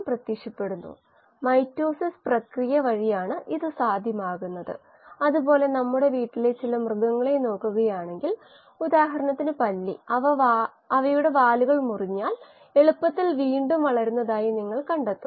പ്രശ്നം ഇങ്ങനെ വായിക്കാം